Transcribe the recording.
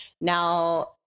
Now